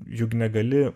juk negali